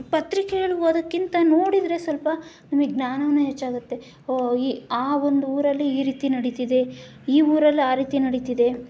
ಪತ್ರಿಕೆಯಲ್ಲಿ ಓದೋಕ್ಕಿಂತ ನೋಡಿದರೆ ಸ್ವಲ್ಪ ನಮಗೆ ಜ್ಞಾನನೂ ಹೆಚ್ಚಾಗತ್ತೆ ಒ ಈ ಆವೊಂದು ಊರಲ್ಲಿ ಈ ರೀತಿ ನಡೀತಿದೆ ಈ ಊರಲ್ಲಿ ಆ ರೀತಿ ನಡೀತಿದೆ